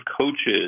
coaches